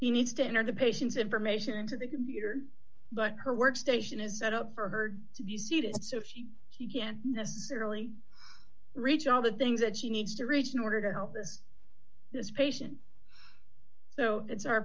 he needs to enter the patient's information into the computer but her workstation is set up for her to be seated so she he can't necessarily reach all the things that she needs to reach in order to help this this patient so it's our